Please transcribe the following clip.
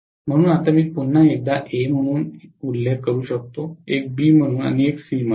म्हणून आता मी पुन्हा एकदा ए म्हणून उल्लेख करू शकतो एक बी म्हणून आणि एक सी म्हणून